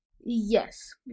yes